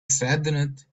saddened